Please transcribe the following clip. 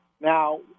Now